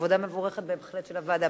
עבודה מבורכת בהחלט של הוועדה.